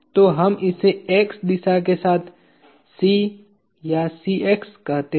तो हम इसे x दिशा के साथ C या Cx कहते हैं